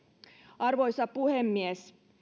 arvoisa puhemies